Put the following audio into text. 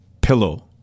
pillow